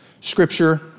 scripture